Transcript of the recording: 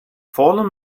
fallen